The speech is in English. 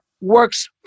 works